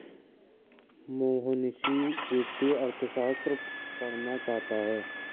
मोहनीश वित्तीय अर्थशास्त्र पढ़ना चाहता है